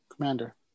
Commander